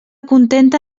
contenta